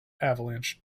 avalanche